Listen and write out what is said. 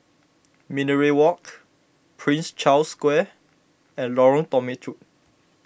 Minaret Walk Prince Charles Square and Lorong Temechut